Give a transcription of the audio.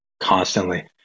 constantly